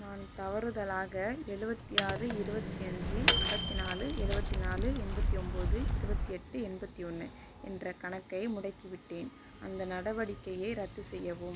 நான் தவறுதலாக எழுபத்தி ஆறு இருபத்தி அஞ்சு ஐம்பத்தி நாலு எழுபத்தி நாலு எண்பத்தி ஒம்பது இருபத்தி எட்டு எண்பத்தி ஒன்று என்ற கணக்கை முடக்கிவிட்டேன் அந்த நடவடிக்கையை ரத்து செய்யவும்